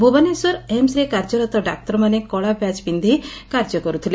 ଭୁବନେଶ୍ୱର ଏମୁରେ କାର୍ଯ୍ୟରତ ଡାକ୍ତରମାନେ କଳାବ୍ୟାଜ୍ ପିକ୍ କାର୍ଯ୍ୟ କରୁଥିଲେ